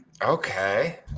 Okay